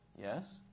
Yes